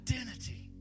identity